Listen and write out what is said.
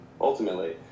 ultimately